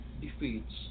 defeats